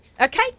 Okay